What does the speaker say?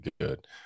good